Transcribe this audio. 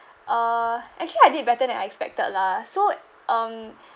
uh actually I did better than I expected lah so um